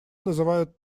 называют